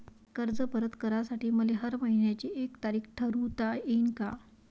कर्ज परत करासाठी मले हर मइन्याची एक तारीख ठरुता येईन का?